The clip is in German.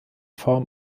form